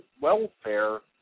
welfare